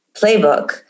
playbook